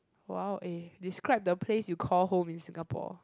!wow! eh describe the place you call home in Singapore